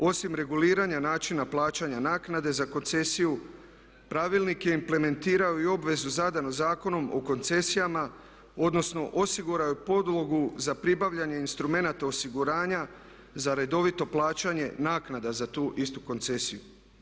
Osim reguliranja načina plaćanja naknade za koncesiju pravilnik je implementirao i obvezu zadanu Zakonom o koncesijama, odnosno osigurao je podlogu za pribavljanje instrumenata osiguranja za redovito plaćanje naknada za tu istu koncesiju.